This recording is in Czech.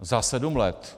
Za sedm let.